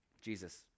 Jesus